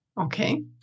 Okay